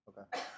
Okay